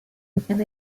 and